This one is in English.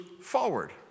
forward